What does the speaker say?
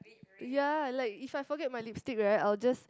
ya like if I forget my lipstick right I will just